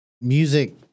Music